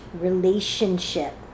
relationship